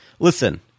Listen